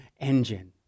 engine